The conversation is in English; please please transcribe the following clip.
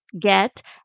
get